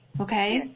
Okay